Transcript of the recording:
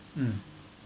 mm